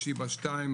שיבא 2,